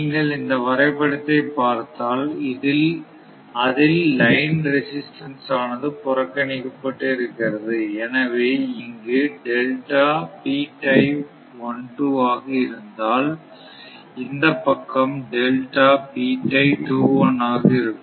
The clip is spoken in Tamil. நீங்கள் இந்த வரைபடத்தை பார்த்தால் அதில் லைன் ரெசிஸ்டன்ஸ் ஆனது புறக்கணிக்கப்பட்டு இருக்கிறது எனவே இங்கு ஆக இருந்தால் இந்தப் பக்கம் ஆக இருக்கும்